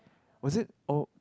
was it all